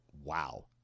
Wow